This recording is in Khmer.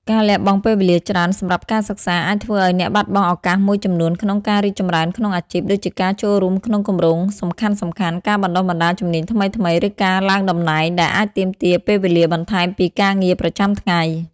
ការលះបង់ពេលវេលាច្រើនសម្រាប់ការសិក្សា អាចធ្វើឱ្យអ្នកបាត់បង់ឱកាសមួយចំនួនក្នុងការរីកចម្រើនក្នុងអាជីព ដូចជាការចូលរួមក្នុងគម្រោងសំខាន់ៗ ការបណ្តុះបណ្តាលជំនាញថ្មីៗ ឬការឡើងតំណែង ដែលអាចទាមទារពេលវេលាបន្ថែមពីការងារប្រចាំថ្ងៃ។